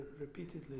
repeatedly